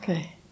Okay